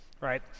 right